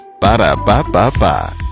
Ba-da-ba-ba-ba